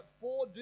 four